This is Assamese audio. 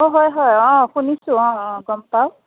অ হয় হয় অ শুনিছোঁ অ অ গম পাওঁ